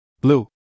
Blue